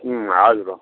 हजुर अँ